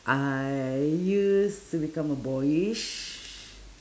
I used to become a boyish